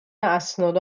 اسناد